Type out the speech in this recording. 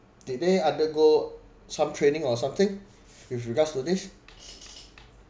did they undergo some training or something with regards to this